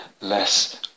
less